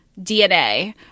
DNA